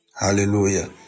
Hallelujah